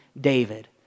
David